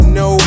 no